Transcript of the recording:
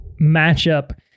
matchup